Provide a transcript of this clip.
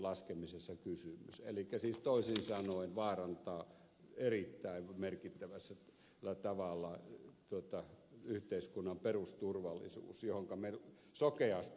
elikkä siis toisin sanoen se vaarantaa erittäin merkittävällä tavalla yhteiskunnan perusturvallisuuden johonka me sokeasti luotamme